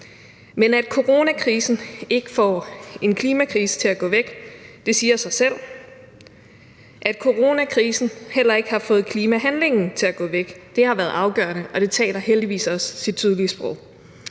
Men at coronakrisen ikke får en klimakrise til at gå væk, siger sig selv. At coronakrisen heller ikke har fået klimahandlingen til at gå væk, har været afgørende, og det taler heldigvis også sit tydelige sprog.